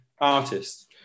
artist